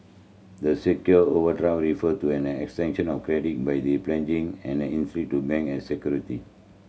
the secure over draw refer to an extension of credit by the an to ban as security